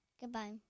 Goodbye